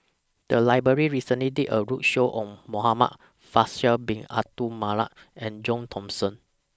The Library recently did A roadshow on Muhamad Faisal Bin Abdul Manap and John Thomson